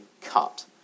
cut